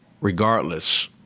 regardless